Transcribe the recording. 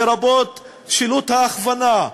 לרבות שילוט ההכוונה,